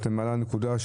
את מעלה נקודה,